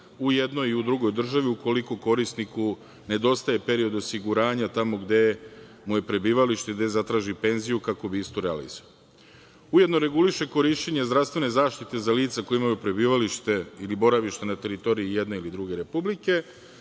u jednoj i u drugoj državi ukoliko korisniku nedostaje period osiguranja tamo gde mu je prebivalište i gde zatraži penziju kako bi istu realizovao. Ujedno reguliše korišćenje zdravstvene zaštite za lica koja imaju prebivalište ili boravište na teritoriji jedne ili druge republike